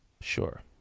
Sure